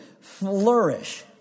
flourish